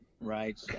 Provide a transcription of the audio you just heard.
Right